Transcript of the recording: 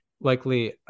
likely